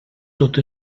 tot